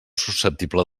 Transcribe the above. susceptible